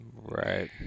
Right